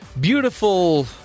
beautiful